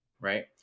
right